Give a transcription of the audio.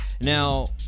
now